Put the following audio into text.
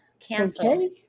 Cancel